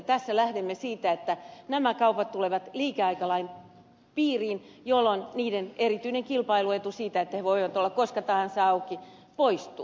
tässä lähdemme siitä että nämä kaupat tulevat liikeaikalain piiriin jolloin niiden erityinen kilpailuetu siitä että ne voivat olla koska tahansa auki poistuu